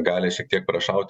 gali šiek tiek prašauti